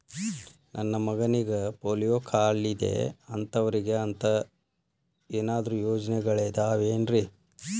ನನ್ನ ಮಗನಿಗ ಪೋಲಿಯೋ ಕಾಲಿದೆ ಅಂತವರಿಗ ಅಂತ ಏನಾದರೂ ಯೋಜನೆಗಳಿದಾವೇನ್ರಿ?